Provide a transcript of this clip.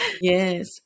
yes